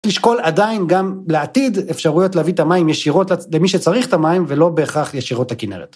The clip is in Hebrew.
לשקול עדיין, גם לעתיד, אפשרויות להביא את המים ישירות למי שצריך את המים ולא בהכרח ישירות הכינרת.